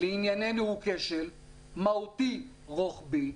לענייננו הוא כשל מהותי רוחבי,